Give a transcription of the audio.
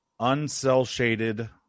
uncell-shaded